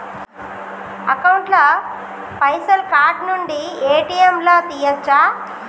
Account ల పైసల్ card నుండి ఏ.టి.ఎమ్ లా తియ్యచ్చా?